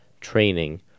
training